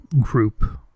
group